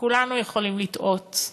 כולנו יכולים לטעות,